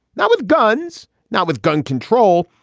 now with guns. now with gun control.